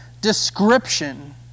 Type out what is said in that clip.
description